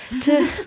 to-